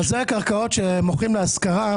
במכרזי הקרקעות שמוכרים להשכרה,